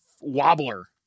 wobbler